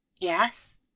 Yes